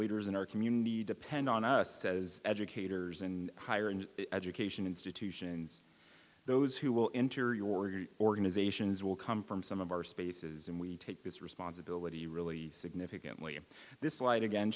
leaders in our community depend on us says educators and higher and education institutions those who will enter your great organizations will come from some of our spaces and we take this responsibility really significantly in this light again